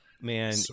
Man